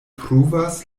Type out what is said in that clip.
pruvas